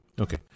okay